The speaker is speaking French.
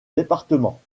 département